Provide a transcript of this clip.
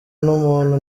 n’umuntu